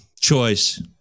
choice